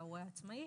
ההורה העצמאי